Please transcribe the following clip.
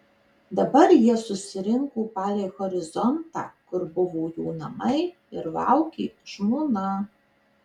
dabar jie susirinko palei horizontą kur buvo jo namai ir laukė žmona